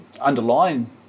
underlying